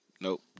nope